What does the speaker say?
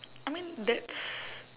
I mean that's